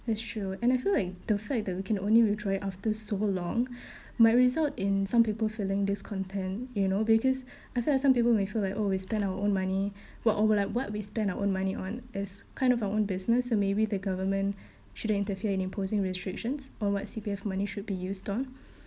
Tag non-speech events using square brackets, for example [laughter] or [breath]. that's true and I feel like the fact that we can only withdraw it after so long [breath] might result in some people feeling discontent you know because [breath] I felt like some people may feel like oh we spend our own money [breath] what or like what we spend our own money on is kind of our own business so maybe the government shouldn't interfere in imposing restrictions on what C_P_F money should be used on [breath]